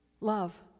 love